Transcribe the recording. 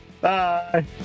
bye